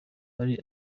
hari